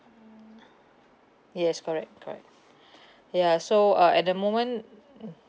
yes correct correct ya so uh at the moment